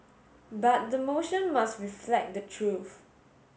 but the motion must reflect the truth